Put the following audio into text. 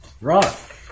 Right